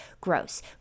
Gross